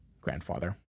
grandfather